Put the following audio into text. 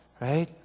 right